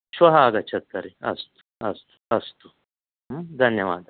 श्वः आगच्छतु तर्हि अस्तु अस्तु अस्तु धन्यवादः